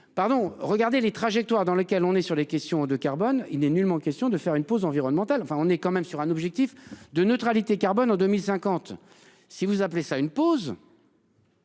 Pardon. Regardez les trajectoires dans lequel on est sur les questions de carbone. Il n'est nullement question de faire une pause environnementale enfin on est quand même sur un objectif de neutralité carbone en 2050. Si vous appelez ça une pause.